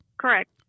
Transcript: Correct